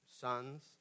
sons